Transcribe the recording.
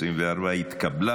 נתקבל.